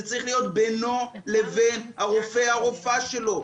זה צריך להיות בינו לבין הרופא או הרופאה שלו,